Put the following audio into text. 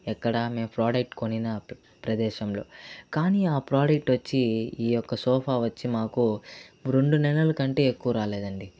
ఎక్కడ మేము ప్రోడక్ట్ర్ కొనిన ప్రదేశంలో కానీ ఆ ప్రోడక్ట్ వచ్చి ఈ యొక్క సోఫా వచ్చి మాకు రెండు నెలలకంటే ఎక్కువ రాలేదండి